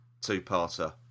two-parter